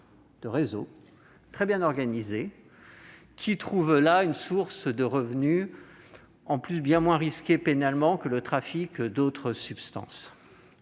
Des réseaux très bien organisés trouvent là une source de revenus bien moins risquée pénalement que le trafic d'autres substances.